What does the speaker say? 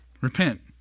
Repent